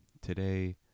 Today